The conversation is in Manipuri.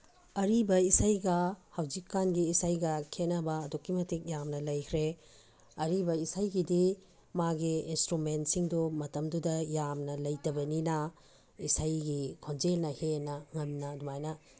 ꯑꯔꯤꯕ ꯏꯁꯩꯒ ꯍꯧꯖꯤꯛꯀꯥꯟꯒꯤ ꯏꯁꯩꯒ ꯈꯦꯅꯕ ꯑꯗꯨꯛꯀꯤ ꯃꯇꯤꯛ ꯌꯥꯝꯅ ꯂꯩꯈ꯭ꯔꯦ ꯑꯔꯤꯕ ꯏꯁꯩꯒꯤꯗꯤ ꯃꯥꯒꯤ ꯏꯟꯁꯇ꯭ꯔꯨꯃꯦꯟꯁꯤꯡꯗꯨ ꯃꯇꯝꯗꯨꯗ ꯌꯥꯝꯅ ꯂꯩꯇꯕꯅꯤꯅ ꯏꯁꯩꯒꯤ ꯈꯣꯟꯖꯦꯜꯅ ꯍꯦꯟꯅ ꯉꯝꯅ ꯑꯗꯨꯃꯥꯏꯅ